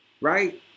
right